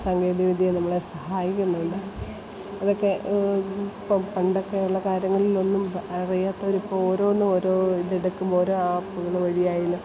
സാങ്കേതികവിദ്യ നമ്മളെ സഹായിക്കുന്നുണ്ട് അതൊക്കെ ഇപ്പോൾ പണ്ടൊക്കെ ഉള്ള കാര്യങ്ങളിലൊന്നും അറിയാത്തവർ ഇപ്പോൾ ഓരോന്നും ഓരോ ഇതെടുക്കുമ്പോൾ ഓരോ ആപ്പുകൾ വഴിയായാലും